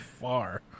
far